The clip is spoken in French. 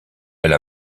elle